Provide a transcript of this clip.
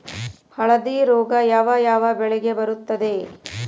ಹಳದಿ ರೋಗ ಯಾವ ಯಾವ ಬೆಳೆಗೆ ಬರುತ್ತದೆ?